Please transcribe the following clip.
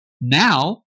now